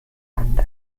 land